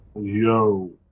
Yo